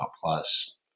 Plus